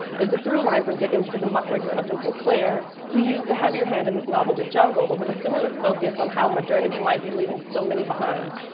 there's a through line from dickens to the muckraker upton sinclair, who used a heavier hand in his novel the jungle but with a similar focus on how modernity might be leaving so many behind.